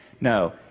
No